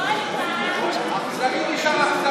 נגד, 57,